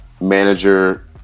manager